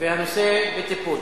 והנושא בטיפול.